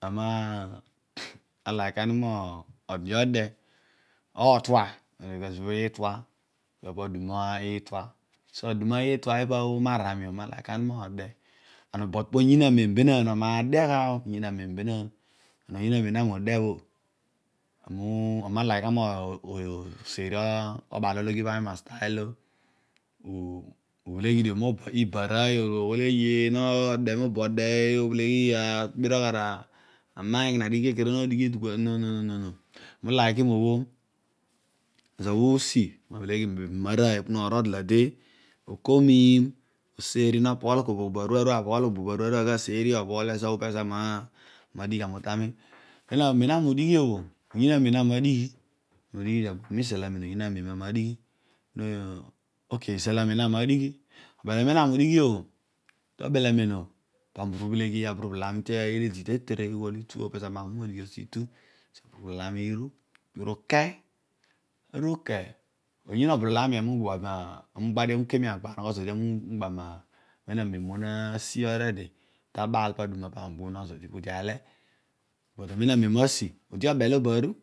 Ami naliki ghani mode ode otua, ne rol kezobh iitua ibha po aduma itua, aduma itua ipa bho umar zami bho ami naliki ghani mode, but poyiin amen benaan obho ami nade gha oh, oyiin amen benaan and oyiin amen bhe ami udi bho, amu, ami na liki gha moseeri obaa lologhi obhemi ma stune olo, ubheleghi dio mibarooy oh, meru aghol eh yee node mobo ode oh, opelegh, obiregh ara mie no dighi dugai no, no, no, ami uliki mobh ezo bho usi ponobheleghi mibam arooy, otol olalade oko miim oseeri nopoghol kobo kobo aru aru abhogho kobo kobo aru aseeri, pezo pezo ami nodighi gha mobho tami den ezo, bho ami udighi bho, oyiin amem obho ami nadigh, ami to dighi dio aghebhiom izal amem, ok, izal amem mobho ami nadigh obel amen ami udighi bho tobel amem bho pami ubheleghii aburublol ami olo idi tetere ughol itu pezo ami neva modighi se itu kedio aburublol ami iru kedio uke, uke oyiin obolol ami, ami ukam io agba anogho zodi, ami ugba mamem bho nasi already tabaal pedama bho pami ugba unogho zodi iboro marooy bho moru